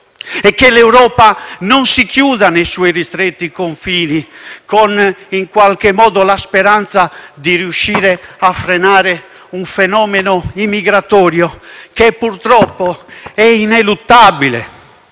e che l'Europa non si chiuda nei suoi ristretti confini, con la speranza di riuscire a frenare un fenomeno immigratorio, che purtroppo è ineluttabile.